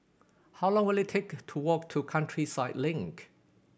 how long will it take to walk to Countryside Link